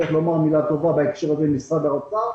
וצריך לומר מילה טובה בהקשר הזה למשרד האוצר.